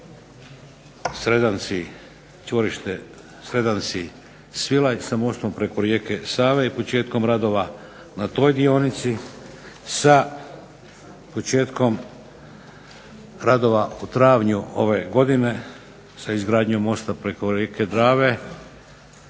Sredanci-Svilaj sa mostom preko rijeke Save i početkom radova na toj dionici, sa početkom radova u travnju ove godine, sa izgradnjom mosta preko rijeke Drave